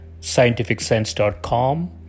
scientificsense.com